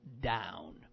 down